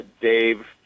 Dave